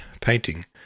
painting